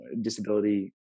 disability